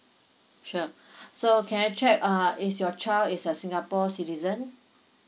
sure so can I check uh is your child is a singapore citizen